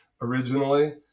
originally